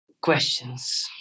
questions